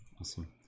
awesome